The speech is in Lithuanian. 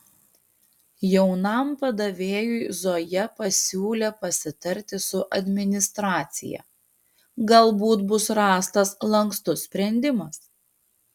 jaunam padavėjui zoja pasiūlė pasitarti su administracija galbūt bus rastas lankstus sprendimas